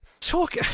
Talk